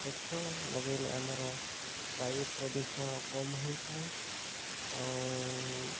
ଗଛ ଲଗାଇଲେ ଆମର ବାୟୁ ପ୍ରଦୂଷଣ କମ୍ ହୋଇଥାଏ ଆଉ